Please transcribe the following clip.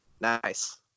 Nice